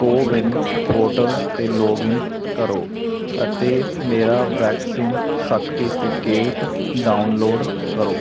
CoWIN portal 'ਤੇ log in ਕਰੋ ਅਤੇ ਮੇਰਾ ਵੈਕਸੀਨ ਸਰਟੀਫਿਕੇਟ ਡਾਊਨਲੋਡ ਕਰੋ